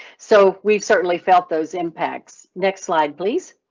so we certainly felt those impacts. next slide, please.